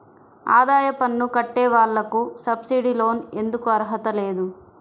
ఆదాయ పన్ను కట్టే వాళ్లకు సబ్సిడీ లోన్ ఎందుకు అర్హత లేదు?